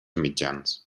mitjans